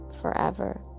forever